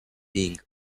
being